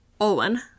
Owen